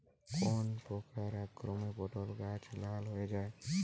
কোন প্রকার আক্রমণে পটল গাছ লাল হয়ে যায়?